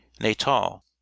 natal